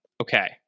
Okay